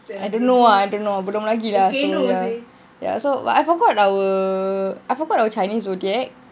I don't know ah I don't know belum lagi ah so ya so ya but I forgot our I forgot our chinese zodiac